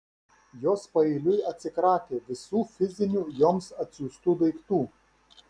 jos paeiliui atsikratė visų fizinių joms atsiųstų daiktų